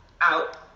out